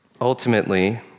Ultimately